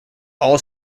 all